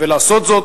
ולעשות זאת,